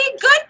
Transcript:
good